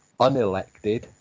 unelected